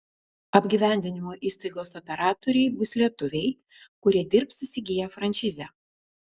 apgyvendinimo įstaigos operatoriai bus lietuviai kurie dirbs įsigiję frančizę